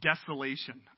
desolation